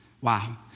Wow